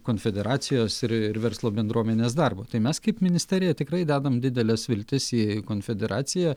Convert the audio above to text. konfederacijos ir ir verslo bendruomenės darbo tai mes kaip ministerija tikrai dedam dideles viltis į konfederaciją